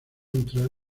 entrar